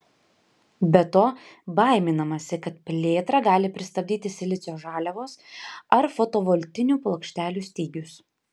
be to baiminamasi kad plėtrą gali pristabdyti silicio žaliavos ar fotovoltinių plokštelių stygius